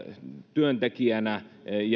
työntekijänä